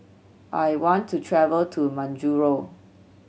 I want to travel to Majuro